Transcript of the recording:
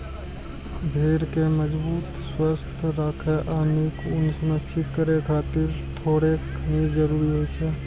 भेड़ कें मजबूत, स्वस्थ राखै आ नीक ऊन सुनिश्चित करै खातिर थोड़ेक खनिज जरूरी होइ छै